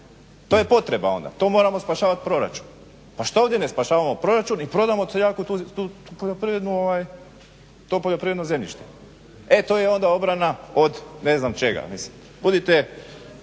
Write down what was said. To je potreba onda, to moramo spašavat proračun. Pa što ovdje ne spašavamo proračun i prodamo … to poljoprivredno zemljište. E to je onda obrana od ne znam čega. Mislim,